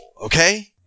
okay